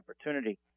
opportunity